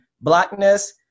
blackness